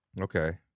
Okay